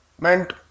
meant